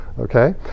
Okay